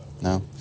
No